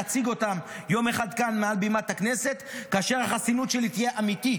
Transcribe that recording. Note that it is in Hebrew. ואציג אותן יום אחד כאן מעל בימת הכנסת כאשר החסינות שלי תהיה אמיתית,